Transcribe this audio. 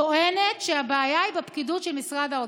טוענת שהבעיה היא בפקידות של משרד האוצר.